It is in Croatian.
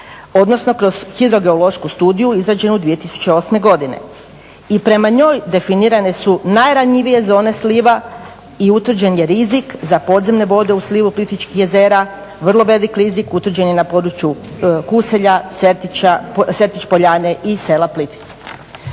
odnosno kroz hidrogeološku studiju izrađenu 2008. godine. I prema njoj definirane su najranjivije zone sliva i utvrđen je rizik za podzemne vode u slivu Plitvičkih jezera, vrlo velik rizik utvrđen je na području Kuselja, Sertić Poljane i sela Plitvica.